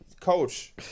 Coach